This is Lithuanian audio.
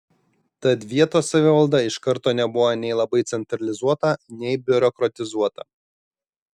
tad vietos savivalda iš karto nebuvo nei labai centralizuota nei biurokratizuota